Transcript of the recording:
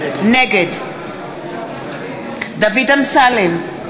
נגד דוד אמסלם,